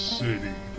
city